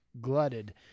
glutted